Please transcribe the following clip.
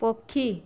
ପକ୍ଷୀ